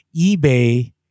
eBay